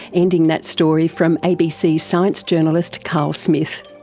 ending that story from abc science journalist carl smith.